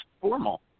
formal